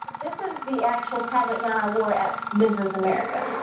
this is the actual pageant gown i wore at mrs. america.